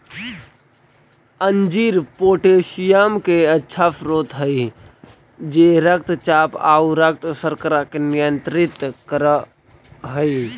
अंजीर पोटेशियम के अच्छा स्रोत हई जे रक्तचाप आउ रक्त शर्करा के नियंत्रित कर हई